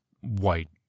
white